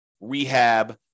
rehab